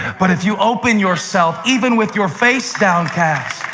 but if you open yourself, even with your face downcast,